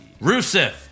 Rusev